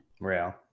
Real